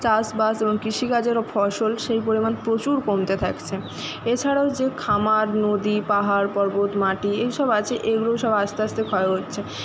চাষবাস এবং কৃষিকাজেরও ফসল সেই পরিমাণ প্রচুর কমতে থাকছে এছাড়াও যে খামার নদী পাহাড় পর্বত মাটি এইসব আছে এইগুলোও সব আস্তে আস্তে ক্ষয় হচ্ছে